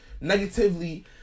negatively